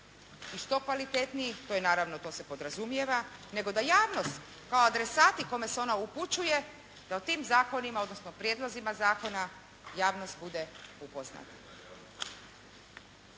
i što kvalitetniji. To naravno to se podrazumijeva, nego da javnost kao adresati kome se ona upućuje, da o tim zakonima odnosno prijedlozima zakona javnost bude upoznata.